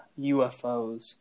UFOs